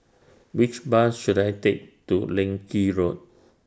Which Bus should I Take to Leng Kee Road